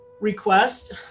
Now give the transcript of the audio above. request